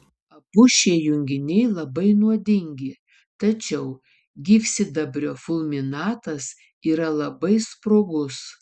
abu šie junginiai labai nuodingi tačiau gyvsidabrio fulminatas yra labai sprogus